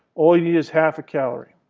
all you need is half a calorie.